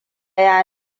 ya